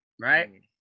right